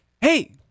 hey